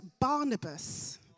Barnabas